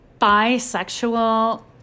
bisexual